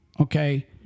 okay